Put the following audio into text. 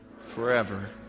forever